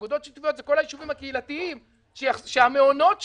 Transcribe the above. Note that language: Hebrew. אגודות שיתופיות זה כל היישובים הקהילתיים שהמעונות שלהם,